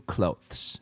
Clothes